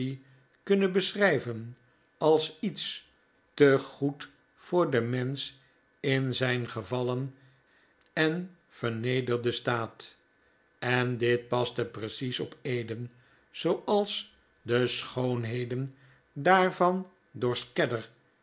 kunnen beschrijven als iets te goed voor den mensch in zijn gevallen en vernederden staat en dit paste precies op eden zooals de schoonheden daarvan door